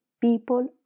people